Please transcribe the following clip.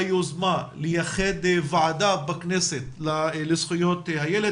היוזמה לייחד ועדה בכנסת לזכויות הילד,